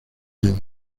año